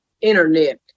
internet